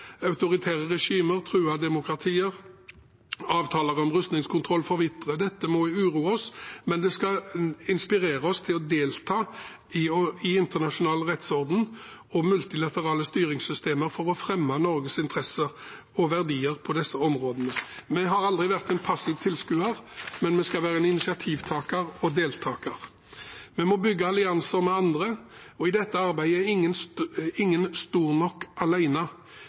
Autoritære regimer truer demokratier. Avtaler om rustningskontroll forvitrer. Dette må uroe oss, men det skal inspirere oss til å delta i internasjonal rettsorden og multilaterale styringssystemer for å fremme Norges interesser og verdier på disse områdene. Vi har aldri vært passive tilskuere, men vi skal være initiativtakere og deltakere. Vi må bygge allianser med andre. I dette arbeidet er ingen stor nok